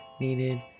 needed